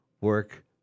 work